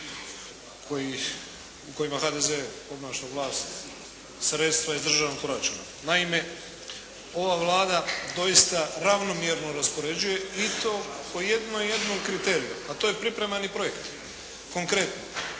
u kojima HDZ obnaša vlast, sredstva iz državnog proračuna. Naime, ova Vlada doista ravnomjerno raspoređuje i to po jednom jedinom kriteriju a to je pripremani projekt. Konkretno,